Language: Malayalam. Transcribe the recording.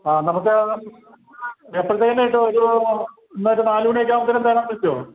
ആ നമുക്ക് എപ്പോഴത്തേക്ക് കിട്ടും ഒരു ഇന്നൊരു നാല് മണിയൊക്കെയാകുമ്പോഴത്തേക്കും തരാൻ പറ്റുമോ